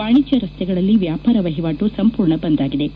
ವಾಣಿಜ್ಞ ರಸ್ತೆಗಳಲ್ಲಿ ವ್ಯಾಪಾರ ವಹಿವಾಟು ಸಂಪೂರ್ಣ ಬಂದ್ ಆಗಿವೆ